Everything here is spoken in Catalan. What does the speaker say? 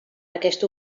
aquesta